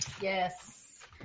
Yes